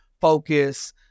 focus